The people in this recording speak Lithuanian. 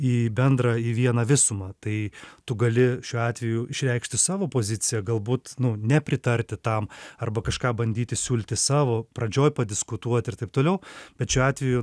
į bendrą į vieną visumą tai tu gali šiuo atveju išreikšti savo poziciją galbūt nu nepritarti tam arba kažką bandyti siūlyti savo pradžioj padiskutuoti ir taip toliau bet šiuo atveju